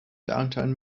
downtown